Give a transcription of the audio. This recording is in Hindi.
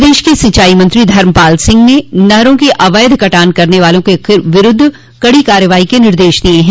प्रदेश के सिंचाई मंत्री धर्मपाल सिंह ने नहरों की अवैध कटान करने वालों के विरूद्ध कड़ी कार्रवाई के निर्देश दिये हैं